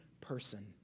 person